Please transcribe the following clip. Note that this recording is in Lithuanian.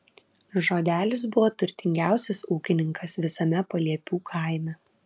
žodelis buvo turtingiausias ūkininkas visame paliepių kaime